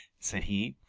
said he,